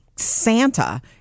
santa